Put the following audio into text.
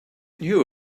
knew